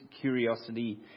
curiosity